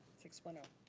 six hundred